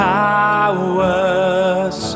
powers